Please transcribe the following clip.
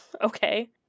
Okay